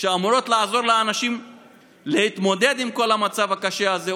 שאמורות לעזור לאנשים להתמודד עם כל המצב הקשה הזה,